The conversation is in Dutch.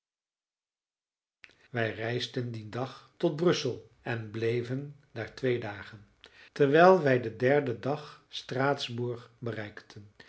wij reisden dien dag tot brussel en bleven daar twee dagen terwijl wij den derden dag straatsburg bereikten